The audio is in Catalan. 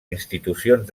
institucions